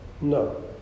No